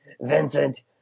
Vincent